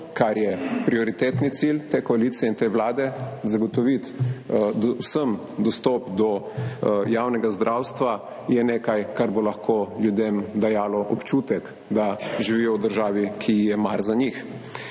kar je prioritetni cilj te koalicije in te vlade, zagotoviti vsem dostop do javnega zdravstva je nekaj, kar bo lahko ljudem dajalo občutek, da živijo v državi, ki ji je mar za njih.